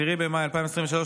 10 במאי 2023,